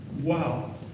Wow